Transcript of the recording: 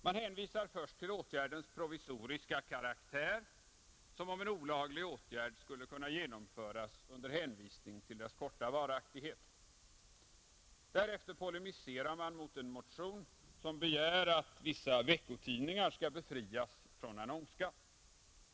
Man hänvisar först till åtgärdens provisoriska karaktär, som om en olaglig åtgärd skulle kunna genomföras under hänvisning till dess korta varaktighet. Därefter polemiserar man mot en motion som begär att vissa veckotidningar skall befrias från annonsskatt.